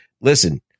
listen